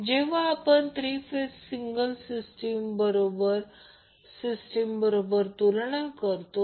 जेव्हा आपण three phase system single phase system बरोबर तुलना करतो